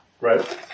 right